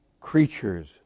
creatures